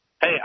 Hey